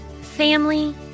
family